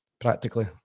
practically